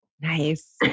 Nice